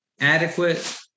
adequate